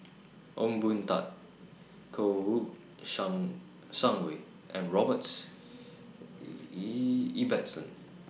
Ong Boon Tat Kouo Shang Shang Wei and Robert Ibbetson